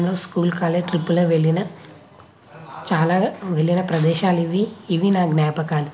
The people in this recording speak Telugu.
ఈ విధంగా చిన్నతనంలో స్కూల్ కాలే ట్రిప్పులో వెళ్లిన చాలా వెళ్లిన ప్రదేశాలివి ఇవి నా జ్ఞాపకాలు